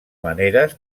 maneres